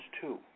two